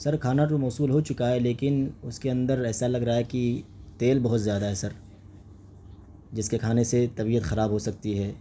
سر کھانا تو موصول ہو چکا ہے لیکن اس کے اندر ایسا لگ رہا ہے کہ تیل بہت زیادہ ہے سر جس کے کھانے سے طبیعت خراب ہو سکتی ہے